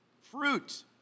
Fruit